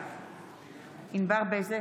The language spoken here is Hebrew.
בעד ענבר בזק,